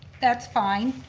that's fine.